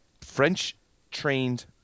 French-trained